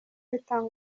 bitanga